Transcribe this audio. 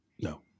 No